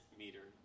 meter